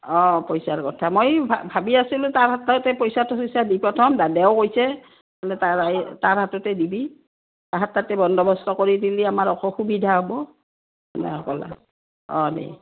অঁ পইচাৰ কথা মই ভাবি আছিলোঁ তাৰ হাততে পইচাটো চইচা দি প্ৰথম দাদাও কৈছেলে তাৰ তাৰ হাততে দিবি তাৰ হাত তাতে বন্দবস্ত কৰি দিলি আমাৰ অক সুবিধা হ'ব তেনেকলে অঁ দে